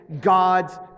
God's